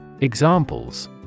Examples